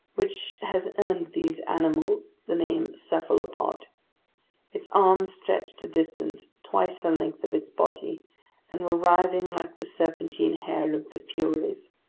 which has earned these animals the name cephalopod its arms stretched a distance twice the length of its body and were writhing like the serpentine hair of the furies.